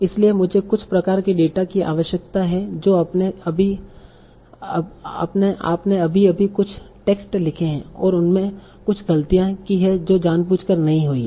इसलिए मुझे कुछ प्रकार के डेटा की आवश्यकता है जो आपने अभी अभी कुछ टेक्स्ट लिखे हैं और उसमे कुछ गलतियाँ की हैं जो जानबूझकर नहीं हुई हैं